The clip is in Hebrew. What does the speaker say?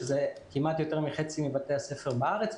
שזה כמעט יותר ממחצית מבתי הספר בארץ.